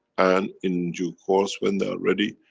and, in due course when they are ready,